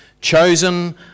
Chosen